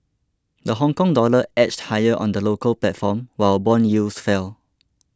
the Hongkong dollar edged higher on the local platform while bond yields fell